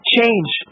Change